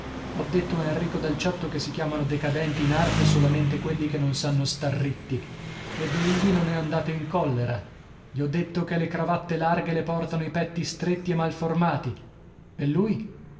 ho detto a enrico dal ciotto che si chiamano decadenti in arte solamente quelli che non sanno star ritti ed egli non è andato in collera gli ho detto che le cravatte larghe le portano i petti stretti e mal formati e lui